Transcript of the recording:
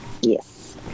yes